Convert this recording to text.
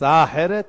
הצעה אחרת?